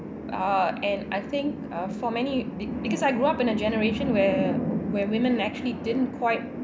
ah and I think uh for many be~ because I grew up in a generation where where women actually didn't quite